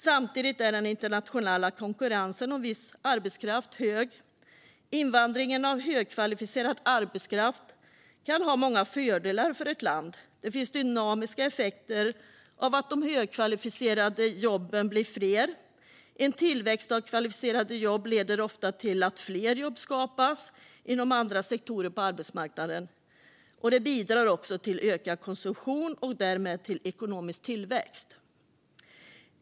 Samtidigt är den internationella konkurrensen om viss arbetskraft stor. Invandring av högkvalificerad arbetskraft kan innebära många fördelar för ett land. Det finns dynamiska effekter av att de högkvalificerade jobben blir fler; tillväxt av kvalificerade jobb leder ofta till att fler jobb skapas inom andra sektorer på arbetsmarknaden. Det bidrar också till ökad konsumtion och därmed till ekonomisk tillväxt.